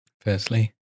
Firstly